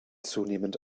zunehmend